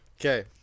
Okay